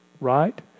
Right